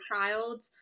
child